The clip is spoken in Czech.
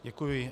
Děkuji.